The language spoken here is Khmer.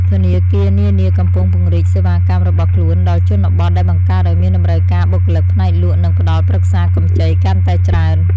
ធនាគារនានាកំពុងពង្រីកសេវាកម្មរបស់ខ្លួនដល់ជនបទដែលបង្កើតឱ្យមានតម្រូវការបុគ្គលិកផ្នែកលក់និងផ្តល់ប្រឹក្សាកម្ចីកាន់តែច្រើន។